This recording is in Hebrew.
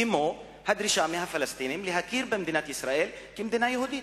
כמו הדרישה מהפלסטינים להכיר במדינת ישראל כמדינה יהודית.